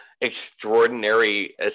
extraordinary